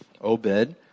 Obed